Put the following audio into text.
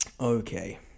okay